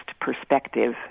perspective